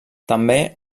també